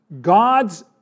God's